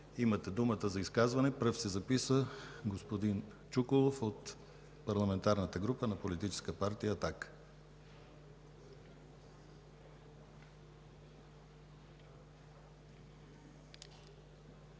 Имате думата за изказвания. Пръв се записа господин Чуколов от Парламентарната група на Политическа партия